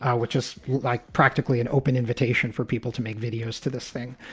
ah which is like practically an open invitation for people to make videos to this thing.